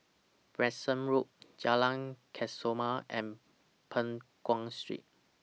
Branksome Road Jalan Kesoma and Peng Nguan Street